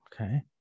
Okay